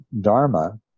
Dharma